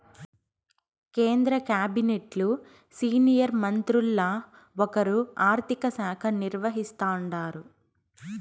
కేంద్ర కాబినెట్లు సీనియర్ మంత్రుల్ల ఒకరు ఆర్థిక శాఖ నిర్వహిస్తాండారు